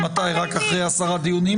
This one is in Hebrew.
ועדיין,